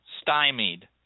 stymied